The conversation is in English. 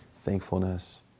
thankfulness